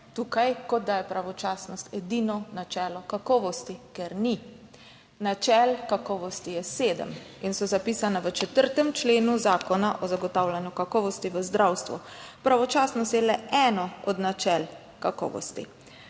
tukaj kot, da je pravočasnost edino načelo kakovosti, ker ni. Načel kakovosti je sedem in so zapisane v 4. členu zakona o zagotavljanju kakovosti v zdravstvu. Pravočasnost se je le eno od načel kakovosti.